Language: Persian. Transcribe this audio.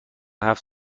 هفت